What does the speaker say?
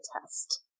test